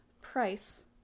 price